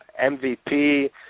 MVP